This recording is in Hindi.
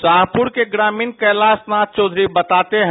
शाहपुर के ग्रामीण कैलाशनाथ चौधरी बताते हैं